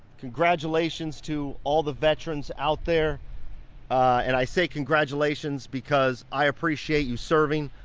congratulations to all the veterans out there, and i say congratulations, because i appreciate you serving,